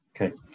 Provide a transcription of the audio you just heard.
Okay